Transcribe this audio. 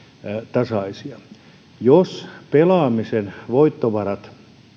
tasaisia jos pelaamisen voittovarat